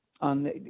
on